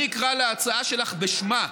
אני אקרא להצעה שלך בשמה: